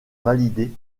valider